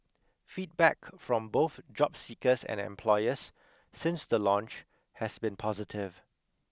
feedback from both job seekers and then employers since the launch has been positive